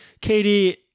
Katie